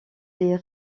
des